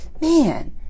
man